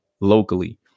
locally